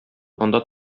анда